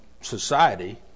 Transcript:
society